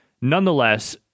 Nonetheless